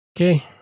Okay